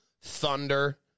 Thunder